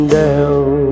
down